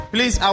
Please